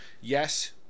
Yes